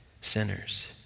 sinners